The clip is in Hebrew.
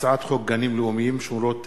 הצעת חוק גנים לאומיים, שמורות טבע,